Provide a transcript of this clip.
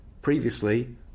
previously